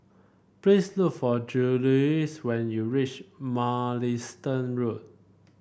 please look for Juluis when you reach Mugliston Road